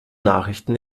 nachrichten